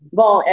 bom